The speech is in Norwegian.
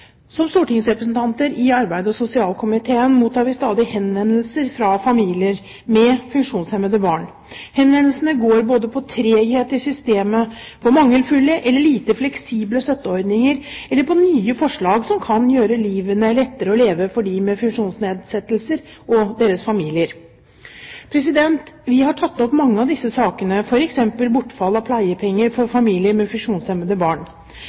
Som stortingsrepresentanter i arbeids- og sosialkomiteen mottar vi stadig henvendelser fra familier med funksjonshemmende barn. Henvendelsene går på både treghet i systemet, mangelfulle eller lite fleksible støtteordninger og nye forslag som kan gjøre livet lettere å leve for dem med funksjonsnedsettelser og deres familier. Vi har tatt opp mange av disse sakene, f.eks. bortfall av pleiepenger for familier med funksjonshemmede barn.